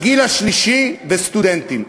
הגיל השלישי וסטודנטים.